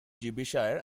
derbyshire